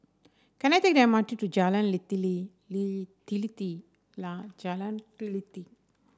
can I take the M R T to Jalan Jalan Teliti